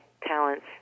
talents